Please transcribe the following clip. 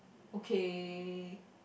okay